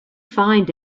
find